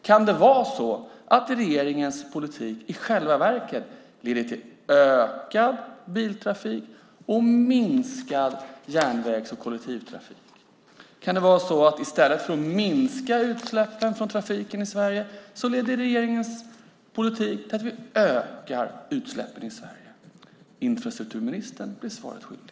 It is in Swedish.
Kan det vara så att regeringens politik i själva verket leder till ökad biltrafik och minskad järnvägs och kollektivtrafik? Kan det vara så att i stället för att minska utsläppen från trafiken i Sverige leder regeringens politik till att vi ökar utsläppen i Sverige? Infrastrukturministern blir svaret skyldig.